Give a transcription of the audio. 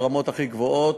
ברמות הכי גבוהות.